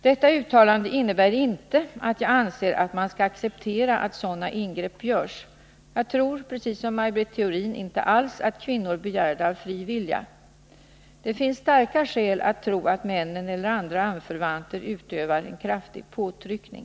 Detta uttalande innebär inte att jag anser att man skall acceptera att sådana ingrepp görs. Precis som Maj Britt Theorin tror jag inte alls att kvinnor begär det av fri vilja. Det finns starka skäl att tro att männen eller andra anförvanter utövar en kraftig påtryckning.